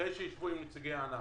אחרי שישבו עם נציגי הענף,